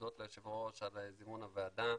להודות ליושב ראש על הזימון לוועדה,